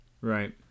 right